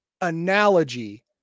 analogy